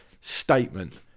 Statement